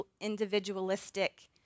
individualistic